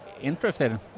interested